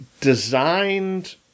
designed